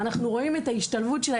אנחנו רואים את ההשתלבות שלה.